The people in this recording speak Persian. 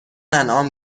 انعام